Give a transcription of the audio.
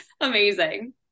Amazing